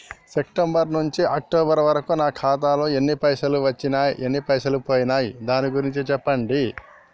September నుంచి October వరకు నా ఖాతాలో ఎన్ని పైసలు వచ్చినయ్ ఎన్ని పోయినయ్ దాని గురించి చెప్పండి?